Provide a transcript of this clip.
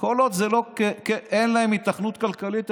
כל עוד אין להם היתכנות כלכלית,